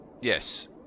Yes